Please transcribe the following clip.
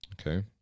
Okay